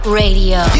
radio